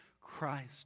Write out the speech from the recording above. Christ